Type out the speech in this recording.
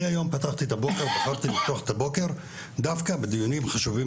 אני היום בחרתי לפתוח את הבוקר דווקא בדיונים חשובים